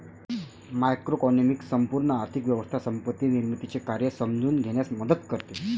macroeconomics संपूर्ण आर्थिक व्यवस्था संपत्ती निर्मितीचे कार्य समजून घेण्यास मदत करते